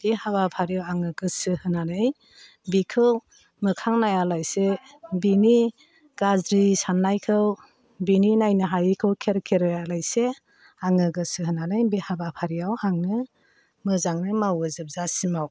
बे हाबाफारियाव आङो गोसो होनानै बिखौ मोखां नायालासे बिनि गाज्रि सान्नायखौ बिनि नायनो हायैखौ खेर खेराया लासे आङो गोसो होनानै बे हाबाफारियाव आङो मोजाङै मावो जोबजासिमाव